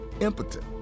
impotent